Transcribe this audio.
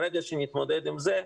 ברגע שנתמודד עם זה,